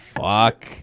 fuck